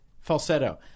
Falsetto